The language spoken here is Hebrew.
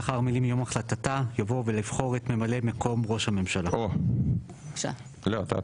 לאחר המילים 'מיום החלטתה' יבוא 'ולבחור את ממלא מקום ראש הממשלה'.